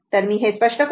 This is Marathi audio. तर मी हे स्पष्ट करतो